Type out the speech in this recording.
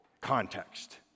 context